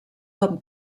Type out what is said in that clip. com